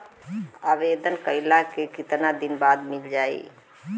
आवेदन कइला के कितना दिन बाद मिल जाई?